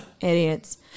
Idiots